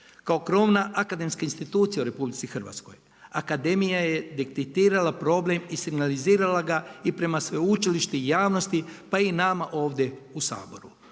Kao krovna akademska institucija u RH, Akademija je detektirala problem i signalizirala ga i prema sveučilištu i javnosti, pa i nama ovdje u Saboru.